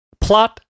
plot